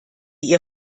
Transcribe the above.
ihr